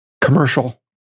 commercial